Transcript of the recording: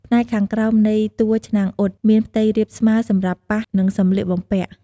ផ្នែកខាងក្រោមនៃតួឆ្នាំងអ៊ុតមានផ្ទៃរាបស្មើសម្រាប់ប៉ះ នឹងសម្លៀកបំពាក់។